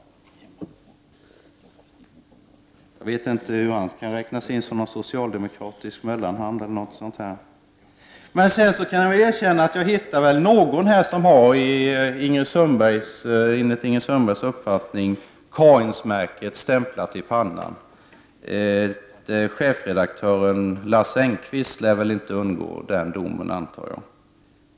Jag vet inte om han kan räknas som någon socialdemokratisk mellanhand. Sedan kan jag erkänna att jag finner någon som enligt Ingrid Sundbergs uppfattning har Kainsmärket stämplat i pannan. Chefredaktören Lars Enqvist lär väl inte undgå domen.